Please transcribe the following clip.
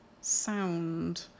sound